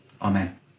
Amen